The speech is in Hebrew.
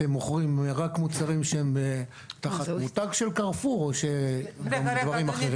אתם מוכרים רק מוצרים שהם תחת מותג של 'קרפור' או דברים אחרים?